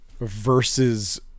versus